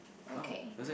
okay